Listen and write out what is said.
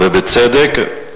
ובצדק.